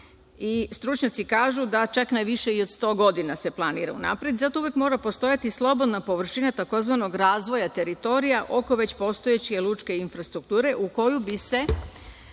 i stručnjaci kažu da čak najviše i od 100 godina se planira unapred, zato uvek mora postojati slobodna površina tzv. razvoja teritorija oko većih postojeće lučke infrastrukture u koju bi se